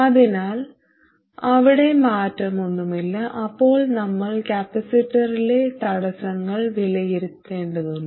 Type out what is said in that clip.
അതിനാൽ അവിടെ മാറ്റമൊന്നുമില്ല അപ്പോൾ നമ്മൾ കപ്പാസിറ്ററിലെ തടസ്സങ്ങൾ വിലയിരുത്തേണ്ടതുണ്ട്